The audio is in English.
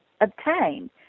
obtain